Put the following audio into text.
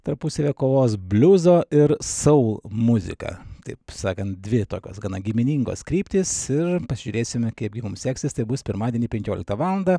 tarpusavyje kovos bliuzo ir soul muzika taip sakant dvi tokios gana giminingos kryptys ir pasižiūrėsime kaipgi mums seksis tai bus pirmadienį penkioliktą valandą